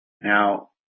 Now